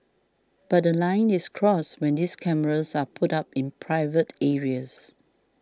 but a line is crossed when these cameras are put up in private areas